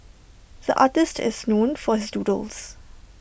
the artist is known for his doodles